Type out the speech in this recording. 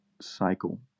cycle